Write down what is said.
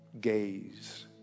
Gaze